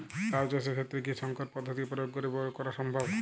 লাও চাষের ক্ষেত্রে কি সংকর পদ্ধতি প্রয়োগ করে বরো করা সম্ভব?